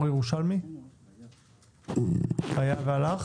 היה והלך.